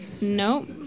No